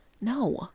no